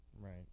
Right